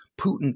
Putin